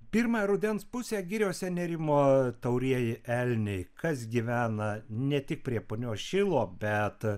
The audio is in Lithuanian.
pirmą rudens pusę giriose nerimo taurieji elniai kas gyvena ne tik prie punios šilo bet